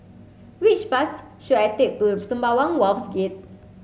which bus should I take to Sembawang Wharves Gate